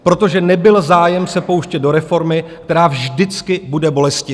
Protože nebyl zájem se pouštět do reformy, která vždycky bude bolestivá.